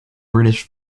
british